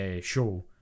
show